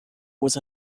was